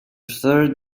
third